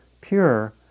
pure